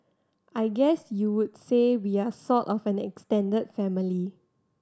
I guess you would say we are sort of an extended family